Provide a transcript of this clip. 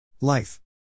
Life